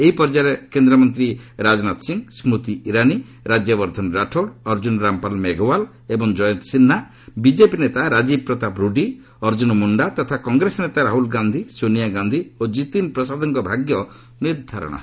ଏହି ପର୍ଯ୍ୟାୟରେ କେନ୍ଦ୍ରମନ୍ତ୍ରୀ ରାଜନାଥ ସିଂ ସ୍କୃତି ଇରାନୀ ରାଜ୍ୟବର୍ଦ୍ଧନ ରାଠୋର୍ ଅର୍ଜୁନ ରାମପାଲ୍ ମେଘ୍ୱାଲ୍ ଏବଂ ଜୟନ୍ତ ସିହ୍ରା ବିଜେପି ନେତା ରାଜୀବ ପ୍ରତାପ ରୁଡ଼ି ଅର୍ଜୁନ ମୁଖା ତଥା କଂଗ୍ରେସ ନେତା ରାହୁଲ୍ ଗାନ୍ଧି ସୋନିଆ ଗାନ୍ଧି ଓ ଜିତୀନ୍ ପ୍ରସାଦଙ୍କ ଭାଗ୍ୟ ନିର୍ଦ୍ଧାରଣ ହେବ